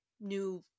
new